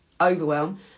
overwhelm